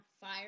fire